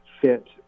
fit